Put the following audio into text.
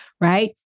right